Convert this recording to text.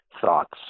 thoughts